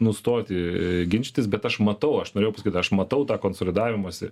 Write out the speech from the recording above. nustoti ginčytis bet aš matau aš norėjau kad aš matau tą konsolidavimąsi